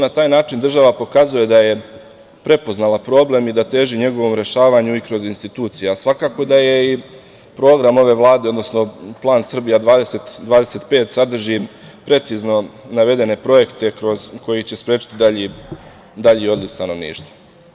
Na taj način država pokazuje da je prepoznala problem i da teži njegovom rešavanju i kroz institucije, a svakako da i program ove Vlade, odnosno plan Srbija 20-25 sadrži precizni navedene projekte koji će sprečiti dalji odliv stanovništva.